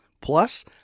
Plus